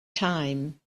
time